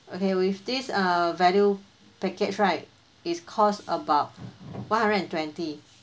okay with this err value package right it's cost about one hundred and twenty